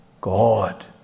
God